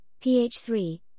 PH3